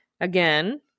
Again